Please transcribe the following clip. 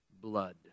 blood